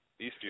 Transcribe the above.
Eastview